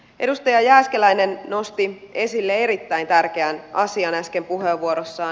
edustaja jääskeläinen nosti esille erittäin tärkeän asian äsken puheenvuorossaan